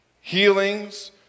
healings